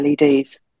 LEDs